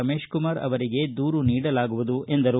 ರಮೇಶ್ಕುಮಾರ್ ಅವರಿಗೆ ದೂರು ನೀಡಲಾಗುವುದು ಎಂದರು